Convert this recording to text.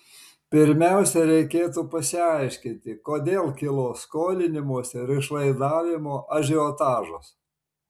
pirmiausia reikėtų pasiaiškinti kodėl kilo skolinimosi ir išlaidavimo ažiotažas